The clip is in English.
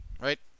Right